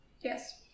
Yes